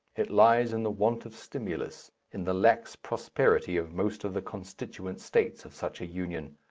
it lies in the want of stimulus, in the lax prosperity of most of the constituent states of such a union.